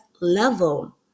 level